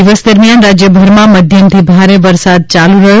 દિવસ દરમિયાન રાજયભરમાં મધ્યમથી ભારે વસરાદ ચાલુ રહયો